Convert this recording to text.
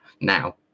now